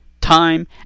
time